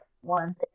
one